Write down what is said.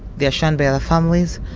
they are shunned by their families,